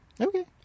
okay